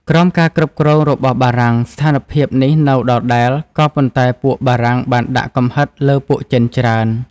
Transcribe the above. ក្រោមការគ្រប់គ្រងរបស់បារាំង ស្ថានភាពនេះនៅដដែល ក៏ប៉ុន្តែពួកបារាំងបានដាក់កំហិតលើពួកចិនច្រើន។